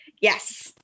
Yes